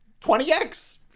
20x